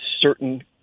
certain